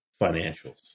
financials